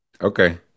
okay